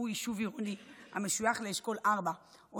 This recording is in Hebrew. שהוא יישוב עירוני המשויך לאשכול 4 או